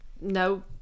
no